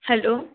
hello